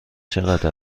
چقدر